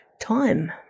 Time